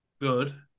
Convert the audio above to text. good